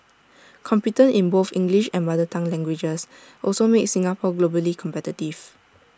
competence in both English and mother tongue languages also makes Singapore globally competitive